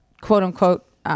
Quote-unquote